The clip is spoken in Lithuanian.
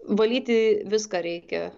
valyti viską reikia